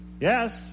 Yes